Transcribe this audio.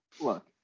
look